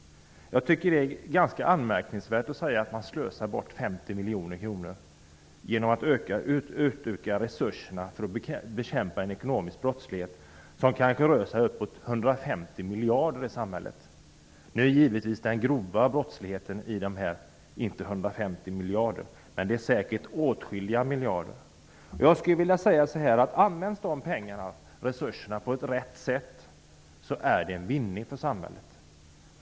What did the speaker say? Jag tycker att det är ganska anmärkningsvärt att man kan säga att nämnda belopp slösas bort när resurserna utökas för att den ekonomiska brottsligheten skall kunna bekämpas. Denna kostar samhället kanske bortemot 150 miljarder. Givetvis gäller de 150 miljarderna inte enbart den grova brottsligheten. Men åtskilliga miljarder rör det sig säkert om i det avseendet. Om resurserna i fråga används på rätt sätt kommer det att innebära en vinst för samhället.